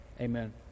amen